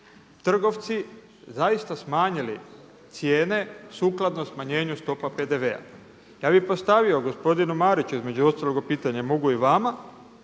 trgovci zaista smanjili cijene sukladno smanjenju stopa PDV-a. Ja bi postavio gospodinu Mariću između ostalog pitanje, mogu i vama.